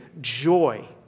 joy